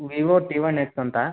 Vivo T one S ಅಂತ